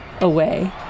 away